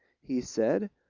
he said,